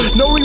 no